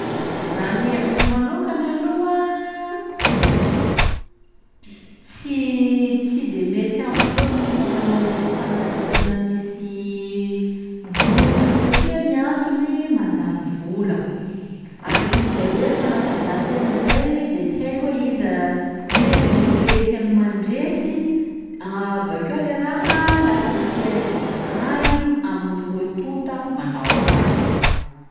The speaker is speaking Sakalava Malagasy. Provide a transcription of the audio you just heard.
Raha ny hevitriko manokany aloha tsy- tsy de mety amiko loatsy ny manao fanatanjahantena misy loka satria ny antony mandany vola, arakin'izay hoe fanatanjahantena zay de tsy haiko hoe iza- iha gny resy amy mandresy, bakeo le raha lasa miteraky aly amin'ny roe tonta manao azy.